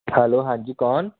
hello ਹਾਂਜੀ ਕੋਣ